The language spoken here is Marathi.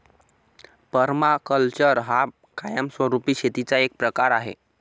पर्माकल्चर हा कायमस्वरूपी शेतीचा एक प्रकार आहे